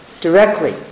directly